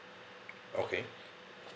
okay